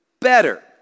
better